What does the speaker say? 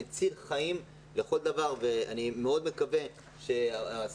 הוא פרויקט מציל חיים לכל דבר ואני מאוד מקווה שהשר